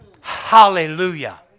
Hallelujah